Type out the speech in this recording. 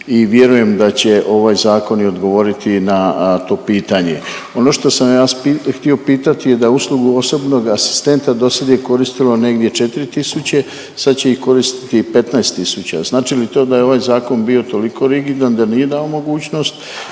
i vjerujem da će ovaj zakon i odgovoriti na to pitanje. Ono što sam vas htio pitati da uslugu osobnog asistenta dosad je koristilo negdje 4 tisuće, sad će ih koristiti 15 tisuća. Znači li to da je ovaj zakon bio toliko rigidan da nije dao mogućnost